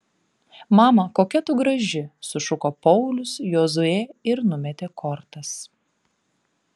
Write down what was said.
mama kokia tu graži sušuko paulius jozuė ir numetė kortas